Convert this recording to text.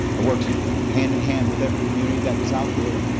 i worked hand-in-hand with every community that was out there.